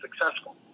successful